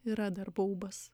yra dar baubas